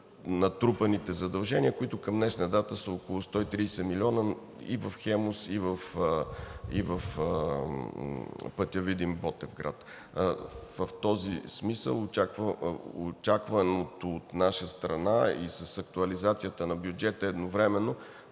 натрупаните задължения, които към днешна дата са около 130 милиона и в „Хемус“, и в пътя Видин – Ботевград. В този смисъл очакваното от наша страна и с актуализацията на бюджета едновременно